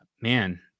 man